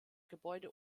gebäude